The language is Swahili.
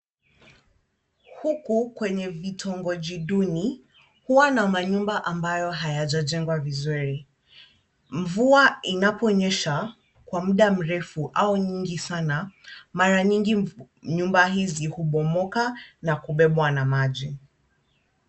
Huku kwenye vitongoji duni, huwa na manyumba ambayo hayajajengwa vizuri. Mvua inaponyesha kwa muda mrefu au nyingi sana, mara nyingi nyumba hizi hubomoka na kubebwa na maji.